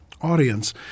audience